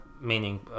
meaning